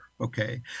Okay